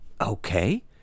Okay